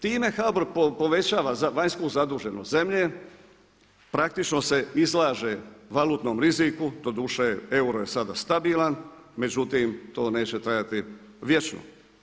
Time HBOR povećava vanjsku zaduženost zemlje, praktično se izlaže valutnom riziku, doduše euro je sada stabilan, međutim to neće trajati vječno.